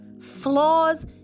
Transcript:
flaws